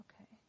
okay